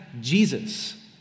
Jesus